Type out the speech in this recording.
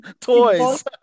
toys